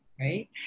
right